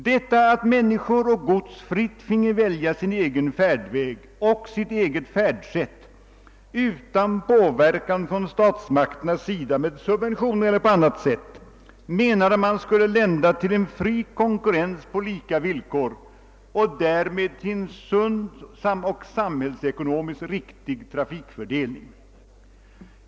Detta att människor och gods fritt finge välja sin egen färdväg och sitt eget färdsätt utan påverkan från statsmakternas sida genom subventioner eller på annat sätt menade man skulle lända till en fri konkurrens på lika villkor och därmed till en sund och samhällsekonomiskt riktig trafikfördelning.